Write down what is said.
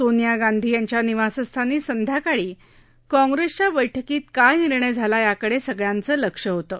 सोनिया गांधी यांच्या निवासस्थानी संध्याकाळी काँग्रस्तिया बैठकीत काय निर्णय झाला याकडेे सगळ्यांचं लक्ष लागलं होतं